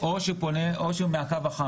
או שפונים מ"הקו החם".